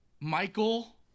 Michael